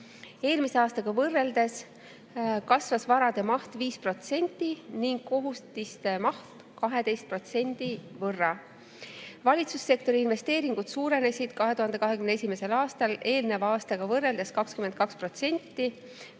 Eelmise aastaga võrreldes kasvas varade maht 5% ning kohustiste maht 12% võrra. Valitsussektori investeeringud suurenesid 2021. aastal eelneva aastaga võrreldes 22%.